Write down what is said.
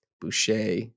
Boucher